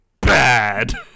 Bad